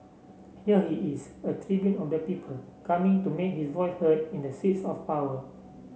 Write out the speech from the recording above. here he is a tribune of the people coming to make his voice heard in the seats of power